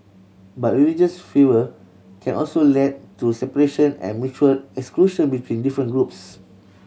but religious fervour can also lead to separation and mutual exclusion between different groups